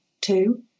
two